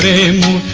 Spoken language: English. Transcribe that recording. him